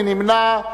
מי נמנע?